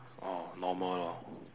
orh normal lor